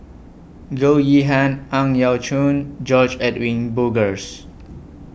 Goh Yihan Ang Yau Choon George Edwin Bogaars